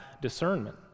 discernment